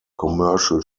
commercial